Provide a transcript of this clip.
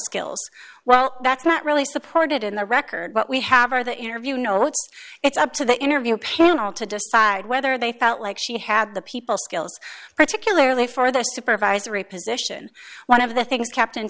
skills well that's not really supported in the record what we have are the interview notes it's up to the interview panel to decide whether they felt like she had the people skills particularly for their supervisory position one of the